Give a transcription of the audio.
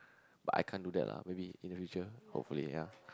but I can't do that lah maybe in the future hopefully yeah